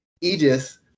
Aegis